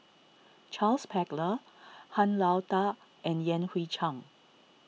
Charles Paglar Han Lao Da and Yan Hui Chang